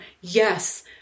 yes